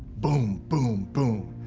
boom, boom, boom!